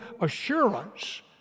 assurance